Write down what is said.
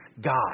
God